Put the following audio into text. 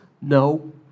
No